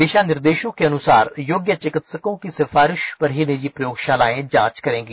दिशा निर्देशों के अनुसार योग्य चिकित्सकों की सिफारिश पर ही निजी प्रयोगशालाएं जांच करेंगी